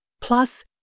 plus